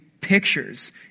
pictures